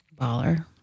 Baller